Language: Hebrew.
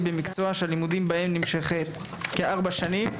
במקצוע שהלימודים בהם נמשכת כארבע שנים.